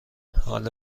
حال